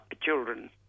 children